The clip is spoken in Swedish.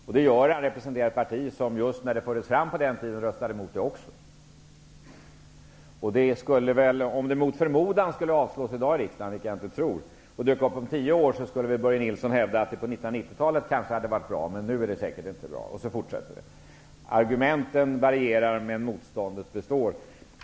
Börje Nilsson representerar ett parti som när förslaget då lades fram röstade emot det. Om förslaget mot förmodan skulle avslås i dag, vilket jag inte tror, och sedan dyker upp igen om 10 år, kommer väl Börje Nilsson att hävda att förslaget som lades fram på 90-talet kanske var bra men att det nya förslaget inte är bra. Så forsätter det hela. Argumenteringen varierar, men motståndet består.